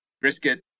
brisket